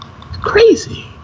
crazy